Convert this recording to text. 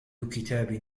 كتاب